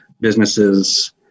businesses